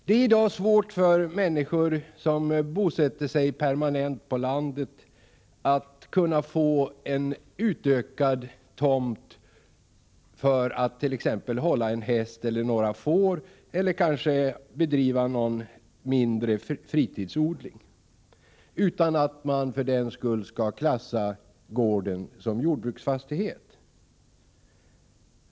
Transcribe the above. Det är i dag svårt för människor som bosätter sig permanent på landet att få tomten utökad för att t.ex. hålla en häst eller några får eller kanske bedriva någon mindre fritidsodling utan att gården för den skull skall klassas som jordbruksfastighet.